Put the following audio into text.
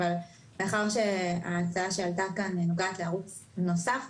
אבל מאחר וההצעה שעלתה כאן נוגעת לערוץ נוסף,